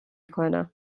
کنم